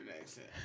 accent